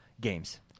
games